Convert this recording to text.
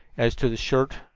as to the shirt,